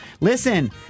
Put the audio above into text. Listen